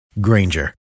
Granger